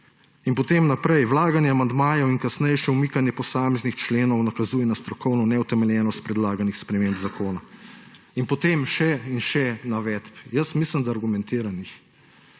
In potem naprej, vlaganje amandmajev in kasnejše umikanje posameznih členov nakazuje na strokovno neutemeljenost predlaganih sprememb zakona. In potem je še in še navedb, jaz mislim, da argumentiranih.